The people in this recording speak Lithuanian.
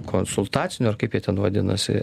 konsultacinių ar kaip jie ten vadinasi